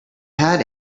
had